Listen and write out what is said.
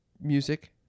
music